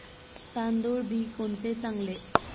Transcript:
तांदूळ बी कोणते चांगले?